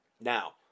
Now